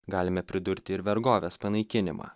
galime pridurti ir vergovės panaikinimą